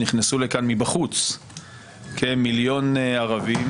נכנסו לכאן מבחוץ כמיליון ערבים.